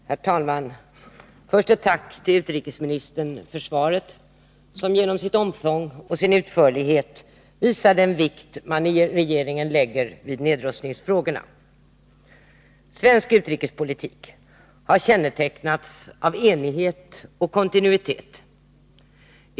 Herr talman! Först ett tack till utrikesministern för svaret, som genom sitt omfång och sin utförlighet visar den vikt man i regeringen lägger vid nedrustningsfrågorna. Svensk utrikespolitik har kännetecknats av enighet och kontinuitet.